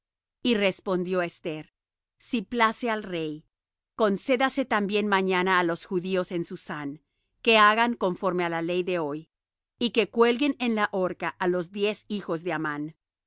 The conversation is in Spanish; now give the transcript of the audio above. y respondió esther si place al rey concedase también mañana á los judíos en susán que hagan conforme á la ley de hoy y que cuelguen en la horca á los diez hijos de amán